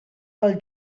pel